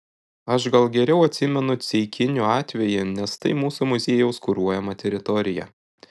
aš gal geriau atsimenu ceikinių atvejį nes tai mūsų muziejaus kuruojama teritorija